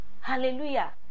Hallelujah